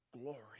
glory